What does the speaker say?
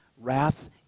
wrath